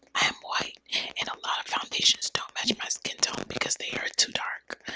i am white and a lot of foundations don't match my skin tone because they are too dark.